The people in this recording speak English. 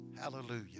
Hallelujah